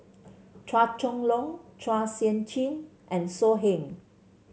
Chua Chong Long Chua Sian Chin and So Heng